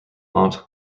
aunt